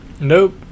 nope